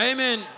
Amen